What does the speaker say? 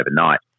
overnight